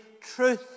truth